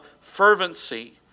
fervency